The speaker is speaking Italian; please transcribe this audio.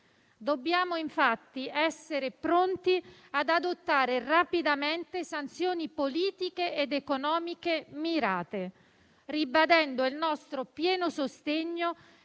Dobbiamo essere pronti ad adottare rapidamente sanzioni politiche ed economiche mirate, ribadendo il nostro pieno sostegno